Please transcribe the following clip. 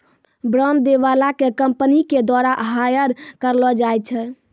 bond दै बाला के कंपनी के द्वारा हायर करलो जाय छै